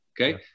okay